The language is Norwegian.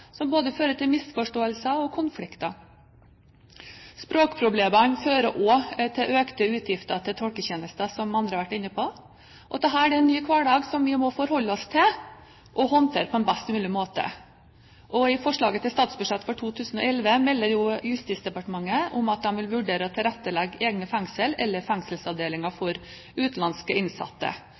som fører til både misforståelser og konflikter. Språkproblemene fører også til økte utgifter til tolketjenester, som de andre har vært inne på. Dette er en ny hverdag som vi må forholde oss til og håndtere på en best mulig måte. I forslaget til statsbudsjett for 2011 melder Justisdepartementet at de vil vurdere å tilrettelegge egne fengsler eller fengselsavdelinger for utenlandske innsatte.